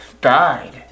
Died